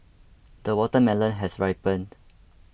the watermelon has ripened